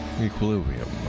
equilibrium